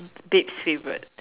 bed favourite